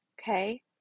Okay